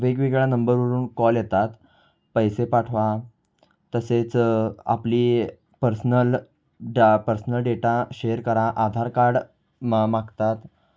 वेगवेगळ्या नंबरवरून कॉल येतात पैसे पाठवा तसेच आपली पर्सनल डा पर्सनल डेटा शेअर करा आधार कार्ड मा मागतात